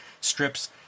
strips